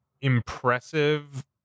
impressive